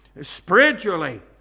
spiritually